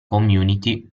community